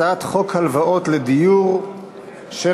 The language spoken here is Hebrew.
הצעת חוק הלוואות לדיור (תיקון,